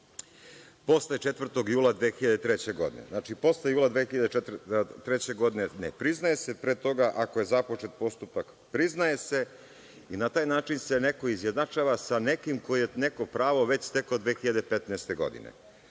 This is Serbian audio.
posle 4. jula 2003. godine“. Znači, posle jula 2003. godine ne priznaje se. Pre toga, ako je započet postupak, priznaje se i na taj način se neko izjednačava sa nekim ko je neko pravo već stekao 2015.